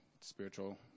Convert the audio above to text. spiritual